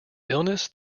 illness